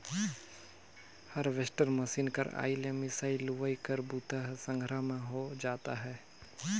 harvester machine कर आए ले मिंसई, लुवई कर बूता ह संघरा में हो जात अहे